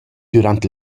dürant